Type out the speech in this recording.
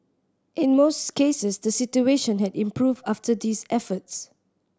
in most cases the situation had improved after these efforts